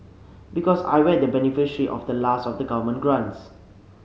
because I the beneficiary of the last of the government grants